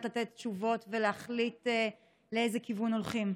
לתת תשובות ולהחליט לאיזה כיוון הולכים?